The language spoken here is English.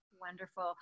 Wonderful